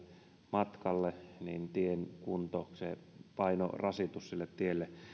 matkalle niin tien kuntoon liittyen se painorasitus sille tielle